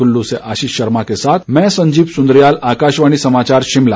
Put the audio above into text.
कुल्लू से आशीष शर्मा के साथ मैं संजीव सुन्द्रियाल आकाशवाणी समाचार शिमला